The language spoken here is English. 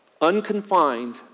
unconfined